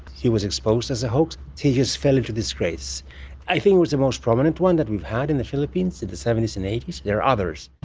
he was exposed as a hoax. tears fell into disgrace i think was the most prominent one that we've had in the philippines since the seventy s and eighty s. there are others.